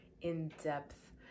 in-depth